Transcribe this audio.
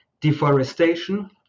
deforestation